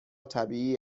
طبیعی